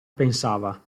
pensava